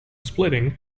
splitting